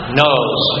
knows